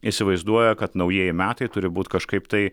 įsivaizduoja kad naujieji metai turi būti kažkaip tai